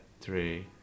three